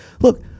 Look